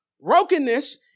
Brokenness